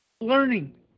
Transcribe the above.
learning